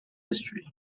history